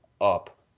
up